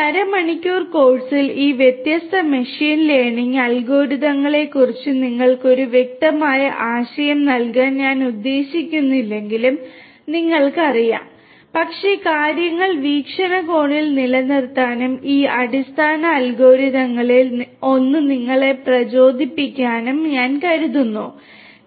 ഈ അരമണിക്കൂർ കോഴ്സിൽ ഈ വ്യത്യസ്ത മെഷീൻ ലേണിംഗ് അൽഗോരിതങ്ങളെക്കുറിച്ച് നിങ്ങൾക്ക് ഒരു വ്യക്തമായ ആശയം നൽകാൻ ഞാൻ ഉദ്ദേശിക്കുന്നില്ലെങ്കിലും നിങ്ങൾക്ക് അറിയാം പക്ഷേ കാര്യങ്ങൾ വീക്ഷണകോണിൽ നിലനിർത്താനും ഈ അടിസ്ഥാന അൽഗോരിതങ്ങളിൽ ഒന്ന് നിങ്ങളെ പ്രചോദിപ്പിക്കാനും ഞാൻ കരുതുന്നു